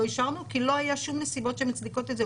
השארנו כי לא היו שום נסיבות שמצדיקות את זה.